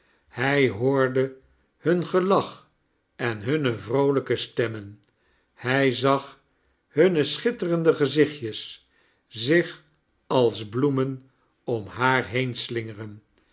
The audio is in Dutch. hij hoorde hua gelach en hunne vroolijke stenimen hij zag hunne schitterende gezichtjes zich als bloemen om haar